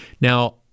Now